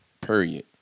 period